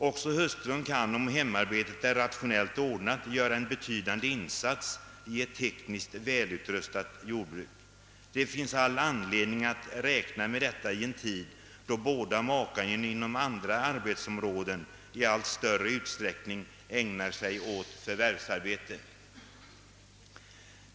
Också hustrun kan, om hemarbetet är rationellt ordnat, göra en betydande insats i ett tekniskt välutrustat jordbruk, Det finns all anledning att räkna med detta i en tid, då båda makarna inom andra arbetsområden i allt större utsträckning ägnar sig åt förvärvsarbete.